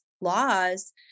laws